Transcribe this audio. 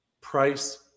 price